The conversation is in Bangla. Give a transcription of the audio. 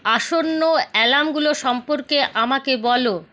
আসন্ন অ্যালার্মগুলো সম্পর্কে আমাকে বলো